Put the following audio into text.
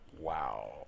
Wow